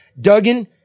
Duggan